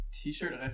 t-shirt